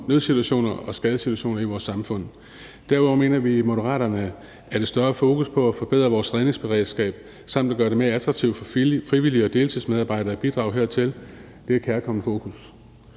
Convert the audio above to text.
nødsituationer og skadessituationer i vores samfund. Derudover mener vi i Moderaterne, at der er et kærkomment og større fokus på at forbedre vores redningsberedskab samt at gøre det mere attraktivt for frivillige og deltidsmedarbejdere at bidrage hertil. I forlængelse